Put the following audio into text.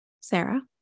Sarah